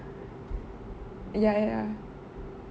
ya ya